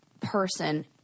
person –